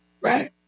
right